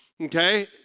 Okay